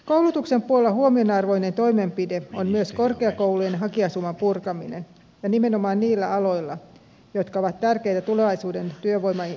koulutuksen puolella huomionarvoinen toimenpide on myös korkeakoulujen hakijasuman purkaminen ja nimenomaan niillä aloilla jotka ovat tärkeitä tulevaisuuden työvoimatarpeen kannalta